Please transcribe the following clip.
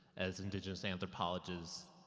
as indigenous anthropologists,